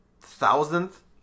thousandth